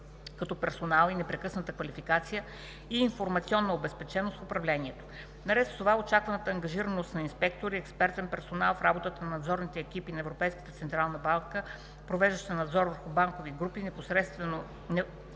като персонал и непрекъсната квалификация, и информационна обезпеченост в управлението. Наред с това очакваната ангажираност на инспектори и експертен персонал в работата на надзорните екипи на Европейската централна банка, провеждащи надзор върху банкови групи, непредставени